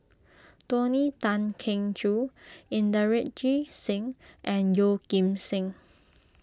Tony Tan Keng Joo Inderjit Singh and Yeoh Ghim Seng